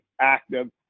active